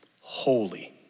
Holy